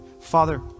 Father